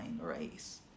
race